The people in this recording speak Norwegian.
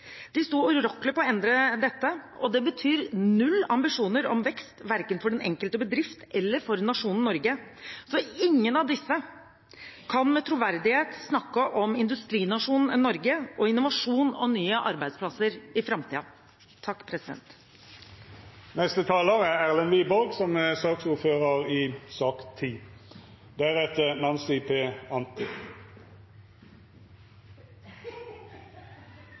De sto urokkelig på å endre dette, og det betyr null ambisjoner om vekst, verken for den enkelte bedrift eller for nasjonen Norge. Ingen av disse kan med troverdighet snakke om industrinasjonen Norge og om innovasjon og nye arbeidsplasser i framtiden. Representanten Lundteigen snakket om presisjonsnivå. Da holder det i